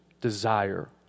desire